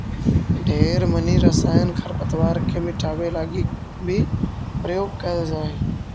ढेर मनी रसायन खरपतवार के मिटाबे लागी भी प्रयोग कएल जा हई